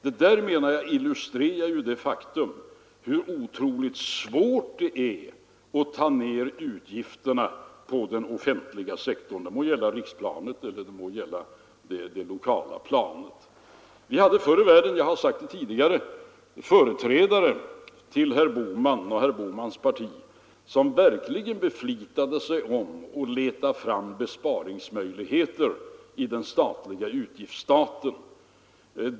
Detta menar jag illustrerar hur otroligt svårt det är att skära ned utgifterna den offentliga sektorn, det må gälla på riksplanet eller på det lokala planet. Som jag sagt tidigare hade vi förr i tiden företrädare för herr Bohmans parti som verkligen beflitade sig om att leta fram besparingsmöjligheter i den statliga budgeten.